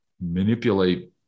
manipulate